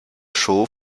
show